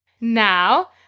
Now